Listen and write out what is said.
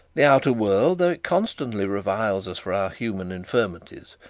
the outer world, though it constantly reviles us for our human infirmities,